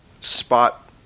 spot